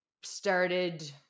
started